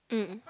mm